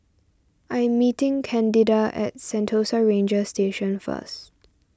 I am meeting Candida at Sentosa Ranger Station first